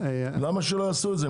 למה שלא יעשו את זה?